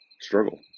struggle